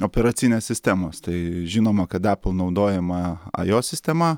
operacinės sistemos tai žinoma kad epl naudojama ajo sistema